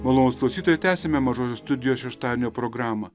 malonūs klausytojai tęsiame mažosios studijos šeštadienio programą